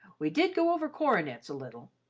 we did go over coronets a little,